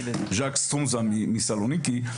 ז'ק סטומזה סלוניקי.